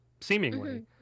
Seemingly